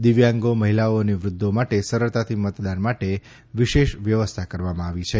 દિવ્યાંગો મહિલાઓ અને વૃદ્ધો માટે સરળતાથી મતદાન માટે વિશેષ વ્યવસ્થા કરવામાં આવી છે